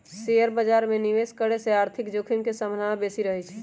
share बाजार में निवेश करे से आर्थिक जोखिम के संभावना बेशि रहइ छै